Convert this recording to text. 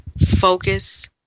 focus